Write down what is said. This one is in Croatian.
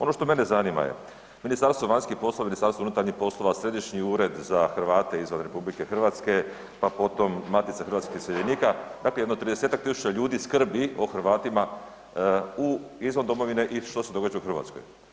Ono što mene zanima je, Ministarstva vanjskih poslova, Ministarstvo unutarnjih poslova, Središnji ured za Hrvate izvan RH pa potom Matica hrvatskih iseljenika, dakle jedno 30-tak tisuća ljudi skrbi o Hrvatima u, izvan domovine i što se događa u Hrvatskoj.